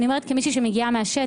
אני אומרת את זה כמי שמגיעה מהשטח.